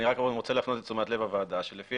אני רוצה להפנות את תשומת לב הוועדה שלפי